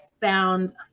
found